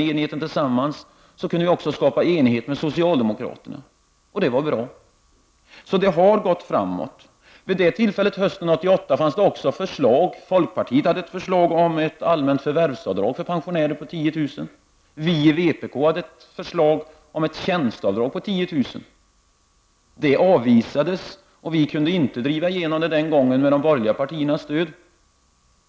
Sedan kunde vi också skapa enighet med socialdemokraterna. Det har alltså gått framåt. Hösten 1988 fanns det också förslag från folkpartiet om ett allmänt förvärvsavdrag om 10 000 kr. för pensionärer. Vi i vpk lade fram ett förslag om ett tjänstavdrag om 10 000 kr. Det avvisades den gången, och vi kunde inte driva igenom det med de borgerliga partiernas stöd.